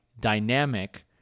dynamic